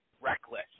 reckless